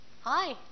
Hi